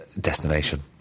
destination